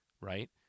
right